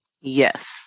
Yes